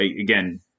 again